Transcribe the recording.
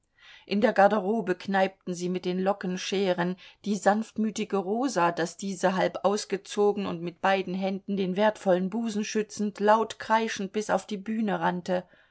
in der garderobe kneipten sie mit den lockenscheren die sanftmütige rosa daß diese halb ausgezogen und mit beiden händen den wertvollen busen schützend laut kreischend bis auf die bühne rannte